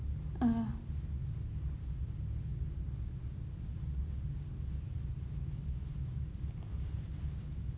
uh